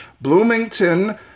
Bloomington